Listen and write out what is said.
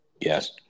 Yes